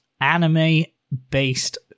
Anime-based